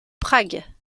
prague